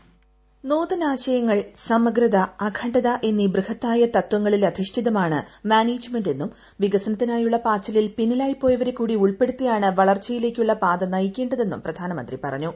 voice നൂതനാശയങ്ങൾ സമഗ്രത അഖണ്ഡത എന്നീ ബൃഹത്തായ തത്വങ്ങളിൽ അധിഷ്ഠിതമാണ് മാനേജ്മെന്റ് എന്നും വികസനത്തിനായുള്ള പാച്ചിലിൽ പിന്നിലായി പോയവരെ കൂടി ഉൾപ്പെടുത്തിയാണ് പ്ള്ർച്ചയിലേക്കുള്ള പാത നയിക്കേണ്ടതെന്നും പ്രധാനമന്ത്രി പറഞ്ഞൂ